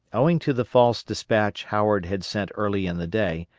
owing to the false despatch howard had sent early in the day,